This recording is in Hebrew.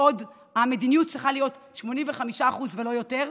בעוד המדיניות צריכה להיות 85% ולא יותר,